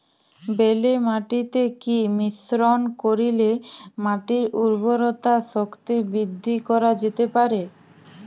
বেলে মাটিতে কি মিশ্রণ করিলে মাটির উর্বরতা শক্তি বৃদ্ধি করা যেতে পারে?